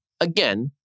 Again